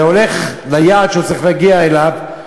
והולך ליעד שהוא צריך להגיע אליו,